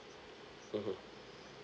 mmhmm